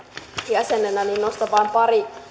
jäsenenä nostan vain pari